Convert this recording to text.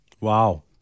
Wow